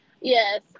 Yes